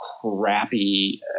crappy